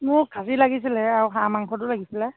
মোক খাচী লাগিছিলে আৰু হাঁহ মাংসটো লাগিছিলে